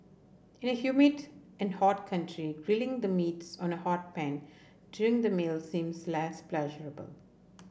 in a humid and hot country grilling the meats on a hot pan during the meal seems less pleasurable